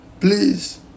please